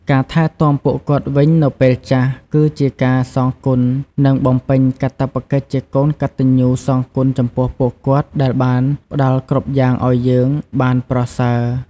ការថែទាំពួកគាត់វិញនៅពេលចាស់ គឺជាការសងគុណ និងបំពេញកាតព្វកិច្ចជាកូនកតញ្ញូសងគុណចំពោះពួកគាត់ដែលបានផ្តល់គ្រប់យ់ាងឲ្យយើងបានប្រសើរ។